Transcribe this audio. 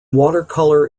watercolor